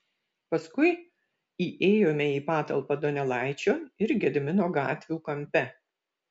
paskui įėjome į patalpą donelaičio ir gedimino gatvių kampe